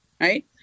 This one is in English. right